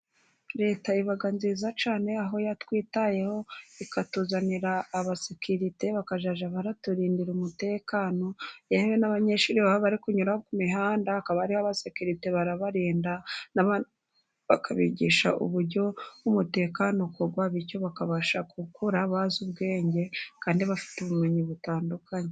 Leta iba nziza cyane, aho yatwitayeho ikatuzanira abasikirite bakazajya baturindira umutekano, yewe n'abanyeshuri baba bari kunyura ku mihanda akaba ariho abasekirite barabarinda, bakabigisha uburyo bw'umutekano ukorwa, bityo bakabasha gukura bazi ubwenge kandi bafite ubumenyi butandukanye.